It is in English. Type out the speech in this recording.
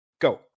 Go